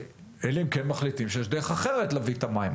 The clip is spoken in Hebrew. אלא אם כן מחליטים שיש דרך אחרת להביא את המים,